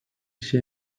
işe